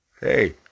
Hey